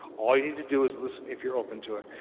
all you need to do is listen if you're open to it.